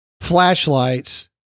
Flashlights